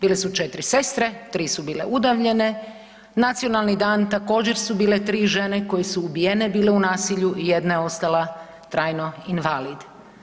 Bile su 4 sestre, 3 su bile udavljene, nacionalni dan, također su bile 3 žene koje su ubijene bile u nasilju i jedna je ostala trajno invalid.